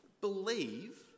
believe